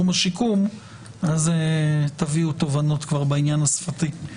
השיקום ותביאו תובנות גם בעניין השפתי.